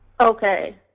Okay